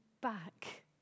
back